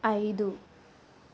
ఐదు